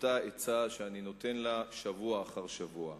אותה עצה שאני נותן לה שבוע אחר שבוע: